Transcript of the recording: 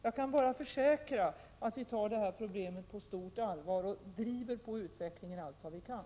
Jag kan bara försäkra att vi tar detta problem på stort allvar och driver på utvecklingen allt vad vi kan.